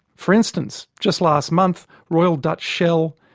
for instance, just last month royal dutch shell,